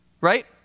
Right